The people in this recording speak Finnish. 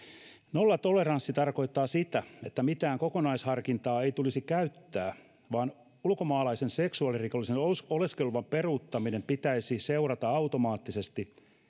nollatoleranssi tarkoittaa sitä että mitään kokonaisharkintaa ei tulisi käyttää vaan ulkomaalaisen seksuaalirikollisen oleskeluluvan peruuttamisen pitäisi seurata automaattisesti